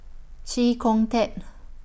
Chee Kong Tet